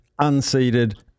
unseeded